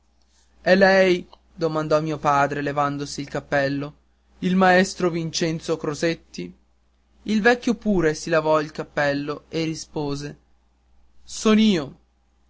è lei domandò mio padre levandosi il cappello il maestro vincenzo crosetti il vecchio pure si levò il cappello e rispose son